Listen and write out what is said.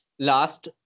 last